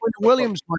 Williams